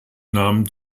namen